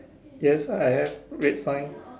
yes I have red sign